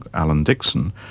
alan dixson,